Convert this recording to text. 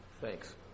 thanks